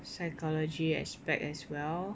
psychology aspect as well